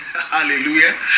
hallelujah